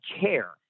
care